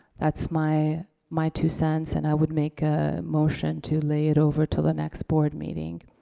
that's my my two cents and i would make a motion to lay it over till the next board meeting.